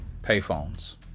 payphones